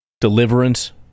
Deliverance